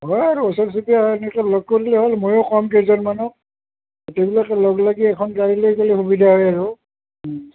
হ'ব আৰু ওচৰ চুবুৰীয়াক তেনেকৈ লগ কৰিলে হ'ল ময়ো ক'ম কেইজন মানক ধৰি লওক লগ লাগি এখন গাড়ী লৈ গ'লে সুবিধা হয় আৰু